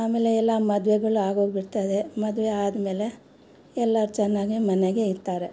ಆಮೇಲೆ ಎಲ್ಲ ಮದುವೆಗಳು ಆಗೋಗಿರ್ತದೆ ಮದುವೆಗಳು ಆದಮೇಲೆ ಎಲ್ಲರೂ ಚೆನ್ನಾಗಿ ಮನೆಗೆ ಇರ್ತಾರೆ ಅಷ್ಟೆ